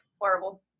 Horrible